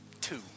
Two